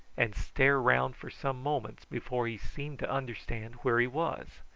and stare round for some moments before he seemed to understand where he was.